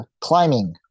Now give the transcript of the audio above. Climbing